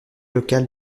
local